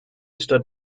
stood